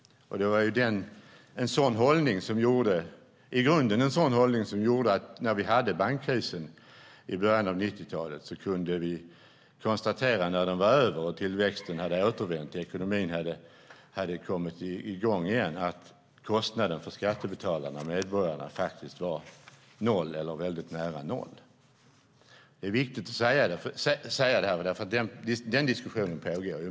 När bankkrisen i början av 90-talet var över, tillväxten hade återvänt och ekonomin hade kommit i gång kunde vi konstatera att det var en sådan hållning som gjorde att kostnaden för medborgarna faktiskt var noll eller väldigt nära noll. Det är viktigt att säga det eftersom den diskussionen pågår.